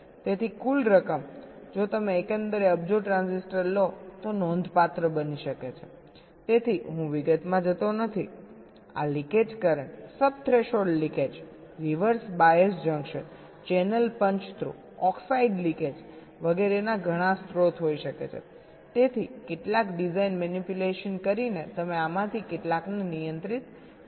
તેથી કુલ રકમ જો તમે એકંદરે અબજો ટ્રાન્ઝિસ્ટર લો તો તે નોંધપાત્ર બની શકે છે તેથી હું વિગતમાં નથી જતો આ leakage current sub threshold leakage reverse bias junction channel punch through oxide leakage વગેરેના ઘણા સ્રોત હોઈ શકે છે તેથી કેટલાક ડિઝાઇન મેનિપ્યુલેશન્સ કરીને તમે આમાંથી કેટલાકને નિયંત્રિત કરી શકો છો